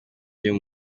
dieu